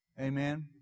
Amen